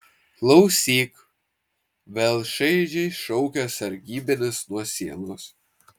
klausyk vėl šaižiai šaukia sargybinis nuo sienos